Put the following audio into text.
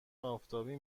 آفتابی